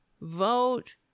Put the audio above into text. vote